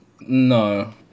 No